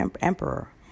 emperor